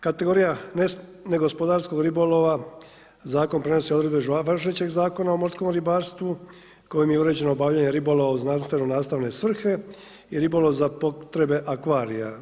Kategorija negospodarskog ribolova zakon prenosi odredbe važećeg Zakona o morskom ribarstvu kojim je uređeno obavljanje ribolova u znanstveno-nastavne svrhe i ribolov za potrebe akvarija.